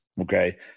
Okay